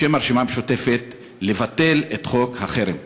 בשם הרשימה המשותפת, לבטל את חוק החרם.